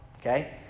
Okay